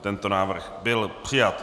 Tento návrh byl přijat.